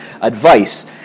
advice